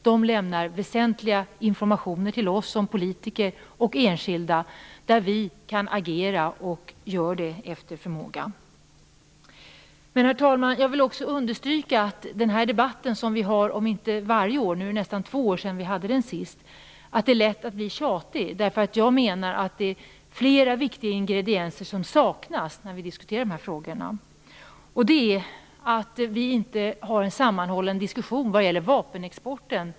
De lämnar väsentlig information till oss som politiker och enskilda som gör att vi kan agera efter förmåga. Herr talman! Jag vill också understryka att det är lätt att bli tjatig i den här debatten som vi har nästan varje år - nu är det nästan två år sedan vi hade den senast. Jag menar att det är flera viktiga ingredienser som saknas när vi diskuterar dessa frågor. Vi har inte en sammanhållen diskussion om vapenexporten.